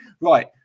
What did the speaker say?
Right